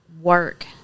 work